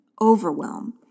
overwhelm